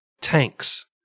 tanks